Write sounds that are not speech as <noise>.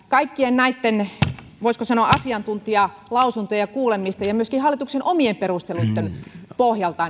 kaikkien näitten voisiko sanoa asiantuntijalausuntojen ja kuulemisten ja myöskin hallituksen omien perusteluitten pohjalta <unintelligible>